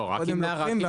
כן, לוקחים את הכסף.